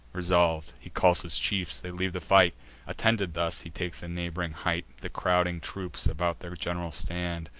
resolv'd, he calls his chiefs they leave the fight attended thus, he takes a neighb'ring height the crowding troops about their gen'ral stand,